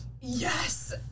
Yes